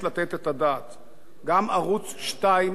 גם ערוץ-2 נקלע לקשיים.